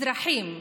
אזרחים,